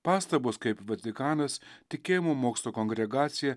pastabos kaip vatikanas tikėjimo mokslo kongregacija